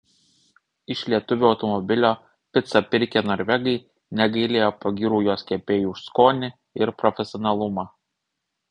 iš lietuvio automobilio picą pirkę norvegai negailėjo pagyrų jos kepėjui už skonį ir profesionalumą